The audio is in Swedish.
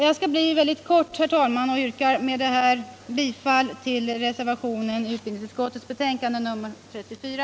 Jag skall fatta mig kort, herr talman, och yrkar med det anförda bifall till reservationen vid utbildningsutskottets betänkande nr 34.